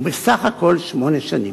ובסך הכול שמונה שנים.